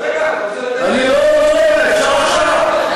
חבר הכנסת חנין,